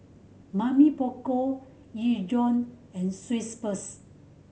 Mamy Poko Ezion and Schweppes